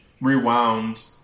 rewound